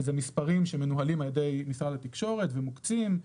שזה מספרים שמנוהלים על ידי משרד התקשורת ומוקצים.